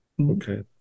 Okay